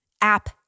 app